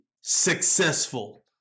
successful